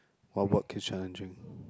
what work is challenging